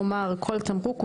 נאמר "כל תמרוק",